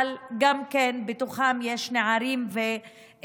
אבל בתוכם יש גם נערים וגברים.